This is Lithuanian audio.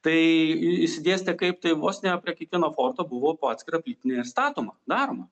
tai išsidėstė kaip tai vos ne prie kiekvieno forto buvo po atskirą plytinę ir statoma daroma